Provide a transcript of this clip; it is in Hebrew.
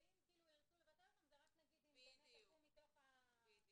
ואם ירצו לבטל זה רק אם תקום מתוך ה- -- בדיוק.